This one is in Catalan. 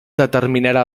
determinarà